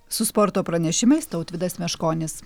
su sporto pranešimais tautvydas meškonis